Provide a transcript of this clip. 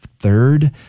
Third